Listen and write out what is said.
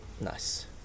Nice